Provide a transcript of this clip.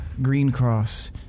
Greencross